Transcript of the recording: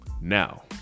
Now